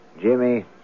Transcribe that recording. Jimmy